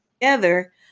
together